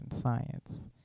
science